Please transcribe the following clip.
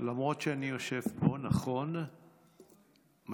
למרות שאני יושב פה, נכון, מספיק.